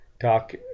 Talk